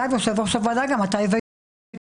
יושב ראש הוועדה, גם אתה הבאת את